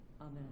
Amen